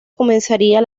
comenzaría